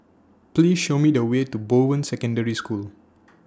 Please Show Me The Way to Bowen Secondary School